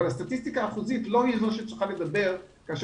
אבל הסטטיסטיקה האחוזית לא היא זו שצריכה לדבר כאשר